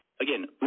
again